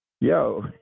Yo